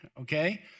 okay